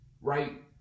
right